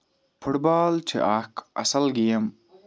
foot بال چھِ اکھ اَصٕل گیم